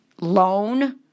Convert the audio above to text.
Loan